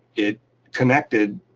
it connected